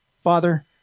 Father